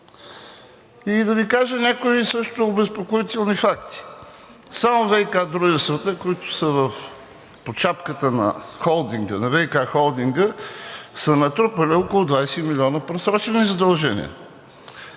И да Ви кажа някои също обезпокоителни факти. Само ВиК дружествата, които са под шапката на Холдинга, на ВиК холдинга, са натрупали около 20 милиона просрочени задължения.